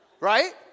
Right